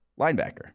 linebacker